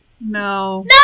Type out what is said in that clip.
No